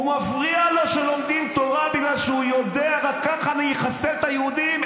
מפריע לו שלומדים תורה בגלל שהוא יודע: רק ככה אני אחסל את היהודים,